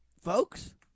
folks